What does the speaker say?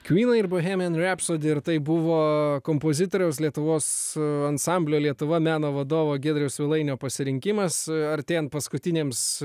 kvynai ir bohemian rapsody tai buvo kompozitoriaus lietuvos ansamblio lietuva meno vadovo giedriaus svilainio pasirinkimas artėjant paskutiniams